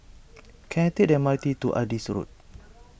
can I take the M R T to Adis Road